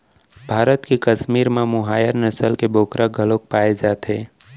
भारत के कस्मीर म मोहायर नसल के बोकरा घलोक पाए जाथे